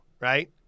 Right